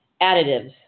Additives